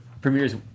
Premieres